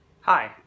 Hi